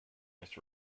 this